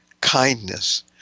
kindness